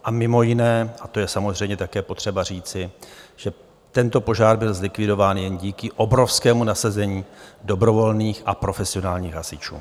A mimo jiné, a to je samozřejmě také potřeba říci, že tento požár byl zlikvidován jen díky obrovskému nasazení dobrovolných a profesionálních hasičů.